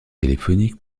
téléphonique